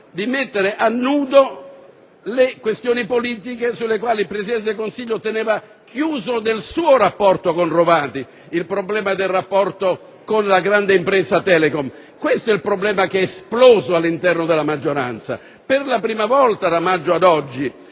cioè mettere a nudo le questioni politiche sulle quali il Presidente del Consiglio teneva chiuso nel suo rapporto con Rovati il problema del rapporto con la grande impresa Telecom. Questo è il problema che è esploso all'interno della maggioranza; per la prima volta, da maggio ad oggi,